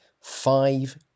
five